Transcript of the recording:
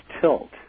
tilt